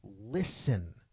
Listen